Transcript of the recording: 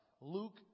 Luke